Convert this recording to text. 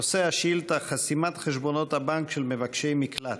נושא השאילתה: חסימת חשבונות הבנק של מבקשי מקלט.